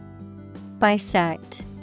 Bisect